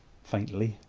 faintly,